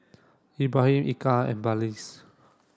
Ibrahim Eka and Balqis